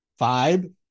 vibe